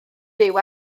byw